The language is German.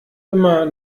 immer